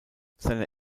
seine